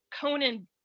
conan